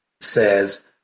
says